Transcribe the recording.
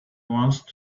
once